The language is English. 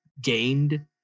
gained